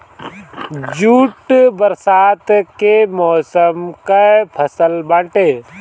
jute बरसात के मौसम कअ फसल बाटे